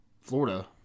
Florida